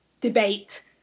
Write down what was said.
debate